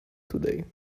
today